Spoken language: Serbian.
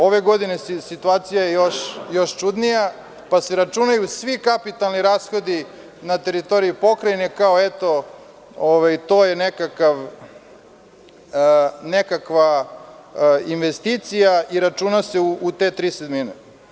Ove godine je situacija još čudnija, pa se računaju svi kapitalni rashodi na teritoriji Pokrajine, kao – eto, to je nekakva investicija i računa se u te tri sedmine.